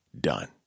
Done